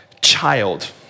child